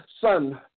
son